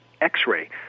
x-ray